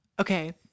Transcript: Okay